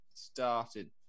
started